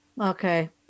Okay